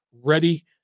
ready